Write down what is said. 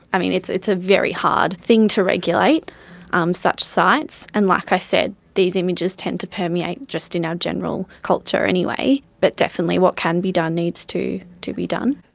i mean, it's it's a very hard thing to regulate um such sites, and, like i said, these images tends to permeate just in our ah general culture anyway, but definitely what can be done needs to to be done.